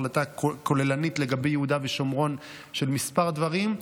החלטה כוללנית לגבי יהודה ושומרון של מספר דברים,